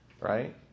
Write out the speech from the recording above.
Right